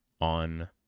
on